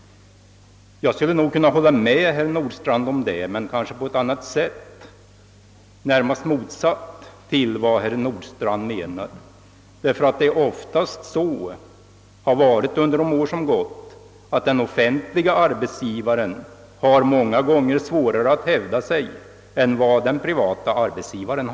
Jag skulle kunna hålla med herr Nordstrandh om det men kanske på ett annat sätt, närmast motsatt vad han me nar. Många gånger har nämligen under de år som gått den offentliga arbetsgivaren haft svårare att hävda sig än den privata arbetsgivaren.